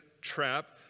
trap